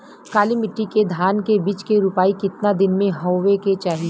काली मिट्टी के धान के बिज के रूपाई कितना दिन मे होवे के चाही?